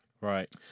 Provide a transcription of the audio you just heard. Right